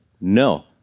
no